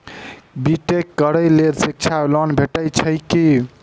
B tech करै लेल शिक्षा लोन भेटय छै की?